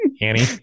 Annie